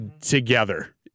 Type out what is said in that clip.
together